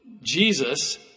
Jesus